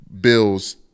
Bills